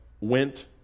went